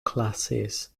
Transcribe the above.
classes